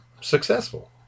successful